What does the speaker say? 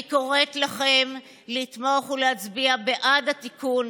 אני קוראת לכם לתמוך ולהצביע בעד התיקון